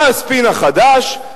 מה הספין החדש?